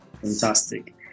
Fantastic